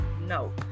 no